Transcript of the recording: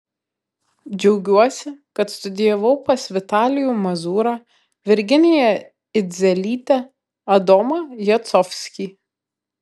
džiaugiuosi kad studijavau pas vitalijų mazūrą virginiją idzelytę adomą jacovskį